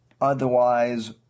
Otherwise